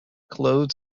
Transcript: closed